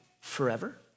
forever